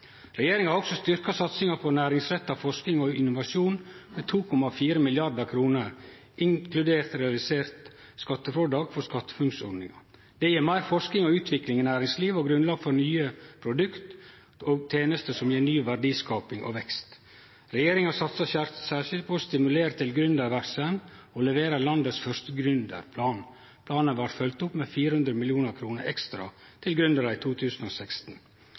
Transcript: Regjeringa har også styrkt satsinga på næringsretta forsking og innovasjon med 2,4 mrd. kr, inkludert realisert skattefrådrag for SkatteFUNN-ordninga. Det gjev meir forsking og utvikling i næringslivet og grunnlag for nye produkt og tenester som gjev ny verdiskaping og vekst. Regjeringa satsar særskilt på å stimulere til gründerverksemd og leverer landets første gründerplan. Planen blei følgd opp med 400 mill. kr. ekstra til gründerar i 2016.